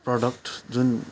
product जुन